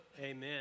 Amen